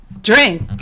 drink